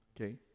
Okay